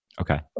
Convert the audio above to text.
Okay